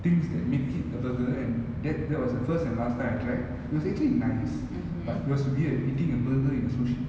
things that make it a burger and that that was the first and last time I tried it was actually nice but it was weird eating a burger in a sushi